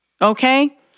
okay